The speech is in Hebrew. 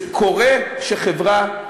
זה קורה שחברה,